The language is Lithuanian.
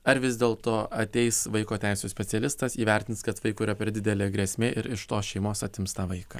ar vis dėlto ateis vaiko teisių specialistas įvertins kad vaikui yra per didelė grėsmė ir iš tos šeimos atims tą vaiką